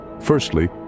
Firstly